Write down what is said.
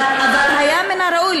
אבל היה מן הראוי,